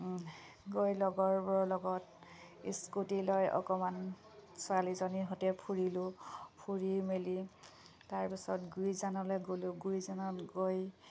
গৈ লগৰবোৰৰ লগত স্কুটি লৈ অকণমান ছোৱালীজনীৰ সৈঁতে ফুৰিলোঁ ফুৰি মেলি তাৰপিছত গুৰিজানলৈ গ'লোঁ গুৰিজানত গৈ